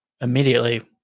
immediately